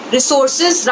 Resources